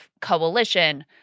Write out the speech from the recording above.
coalition